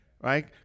Right